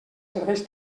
serveis